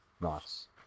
nice